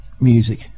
music